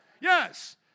Yes